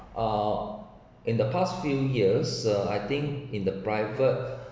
uh in the past few years uh I think in the private